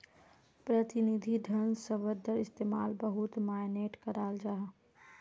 प्रतिनिधि धन शब्दर इस्तेमाल बहुत माय्नेट कराल जाहा